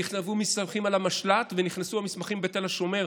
נכתבו מסמכים על המשל"ט ונכתבו המסמכים בתל השומר,